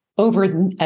Over